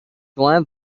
glad